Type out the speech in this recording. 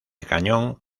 cañón